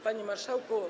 Panie Marszałku!